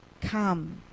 come